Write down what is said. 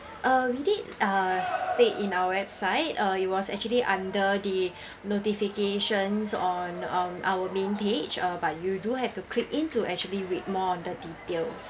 uh we did uh state in our website uh it was actually under the notifications on on our main page uh but you do have to click in to actually read more on the details